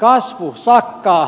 kasvu sakkaa